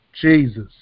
jesus